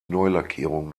neulackierung